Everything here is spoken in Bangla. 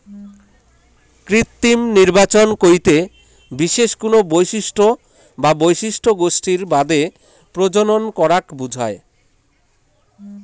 কৃত্রিম নির্বাচন কইতে বিশেষ কুনো বৈশিষ্ট্য বা বৈশিষ্ট্য গোষ্ঠীর বাদে প্রজনন করাক বুঝায়